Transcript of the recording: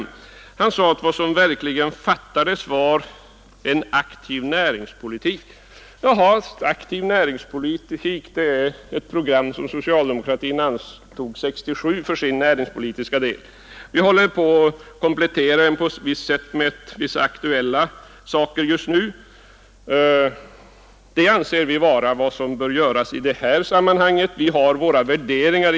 Herr Sjönell sade att vad som verkligen fattades var en aktiv näringspolitik. Ja, ”Aktiv näringspolitik” är ett program som socialdemokratin för sin del antog 1967. Vi håller just nu på att komplettera det med vissa aktuella saker. Det är vad vi anser bör göras i detta sammanhang. Vi har våra värderingar.